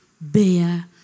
bear